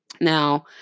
Now